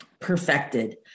perfected